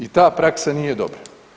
I ta praksa nije dobra.